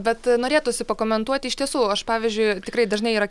bet norėtųsi pakomentuoti iš tiesų aš pavyzdžiui tikrai dažnai yra